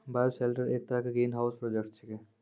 bioshelter एक तरह के ग्रीनहाउस प्रोजेक्ट छेकै